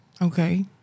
Okay